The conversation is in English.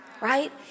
Right